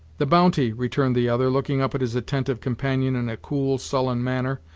the bounty, returned the other, looking up at his attentive companion in a cool, sullen manner,